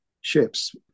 ships